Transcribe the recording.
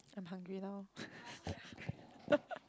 I'm hungry now